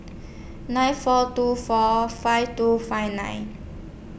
nine four two four five two five nine